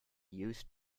used